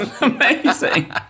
Amazing